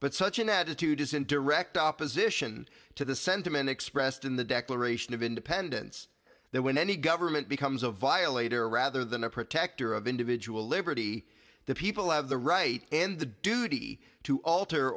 but such an attitude is in direct opposition to the sentiment expressed in the declaration of independence that when any government becomes a violator rather than a protector of individual liberty the people have the right and the duty to alter